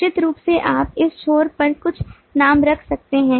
निश्चित रूप से आप इस छोर पर कुछ नाम रख सकते हैं